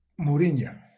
Mourinho